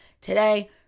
today